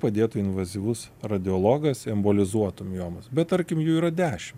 padėtų invazyvus radiologas embolizuotų miomas bet tarkim jų yra dešim